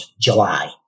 July